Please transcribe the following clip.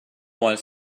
while